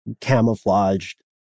camouflaged